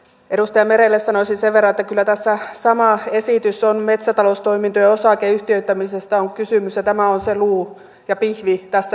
edustaja merelle sanoisin sen verran että kyllä tässä sama esitys on metsätaloustoimintojen osakeyhtiöittämisestä on kysymys ja tämä on se luu ja pihvi tässä esityksessä